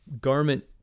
garment